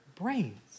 brains